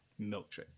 milkshake